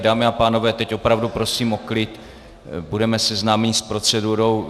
Dámy a pánové, teď opravdu prosím o klid, budeme seznámeni s procedurou.